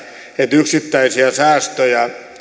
yksittäiset säästöt